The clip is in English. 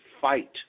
fight